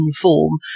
form